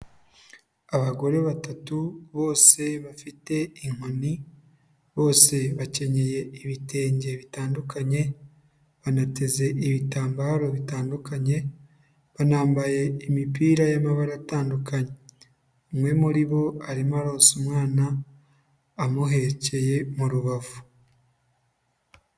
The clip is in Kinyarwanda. Abagore batatu bose bafite inkoni, bose bakenyeye ibitenge bitandukanye, banateze ibitambaro bitandukanye, banambaye imipira y'amabara atandukanye. Umwe muri bo arimo aronsa umwana, amuhekeye mu rubavu.